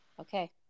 okay